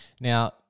Now